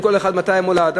כל אחד מחליט מתי המולד.